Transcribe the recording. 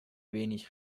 wenig